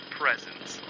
presence